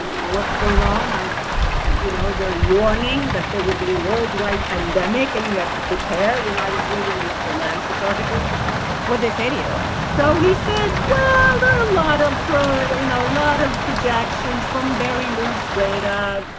what's going on? i you know, they're warning that there would be a worldwide pandemic and you have to prepare. you know, i was reading and it lands that article what they say to you. so he said, well, there are a lot of pride, you know, a lot of projections from very loose that,